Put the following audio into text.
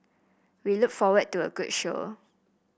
we look forward to a good show